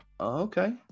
okay